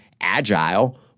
agile